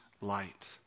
light